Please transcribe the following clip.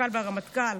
המפכ"ל והרמטכ"ל,